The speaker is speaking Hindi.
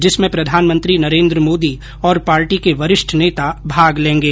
जिसमें प्रधानमंत्री नरेन्द्र मोदी और पार्टी के वरिष्ठ नेता भाग लेंगे